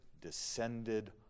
descended